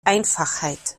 einfachheit